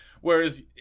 whereas